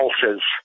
pulses